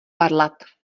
varlat